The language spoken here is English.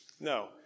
no